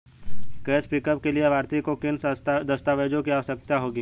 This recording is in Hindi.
कैश पिकअप के लिए लाभार्थी को किन दस्तावेजों की आवश्यकता होगी?